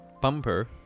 Bumper